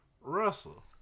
Russell